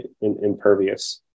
impervious